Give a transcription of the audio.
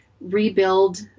rebuild